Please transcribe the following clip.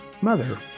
mother